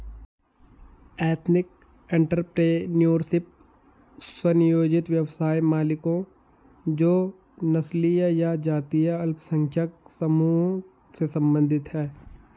ethnic entrepreneurship, स्व नियोजित व्यवसाय मालिकों जो नस्लीय या जातीय अल्पसंख्यक समूहों से संबंधित हैं